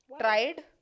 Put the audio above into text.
Tried